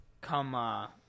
come